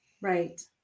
right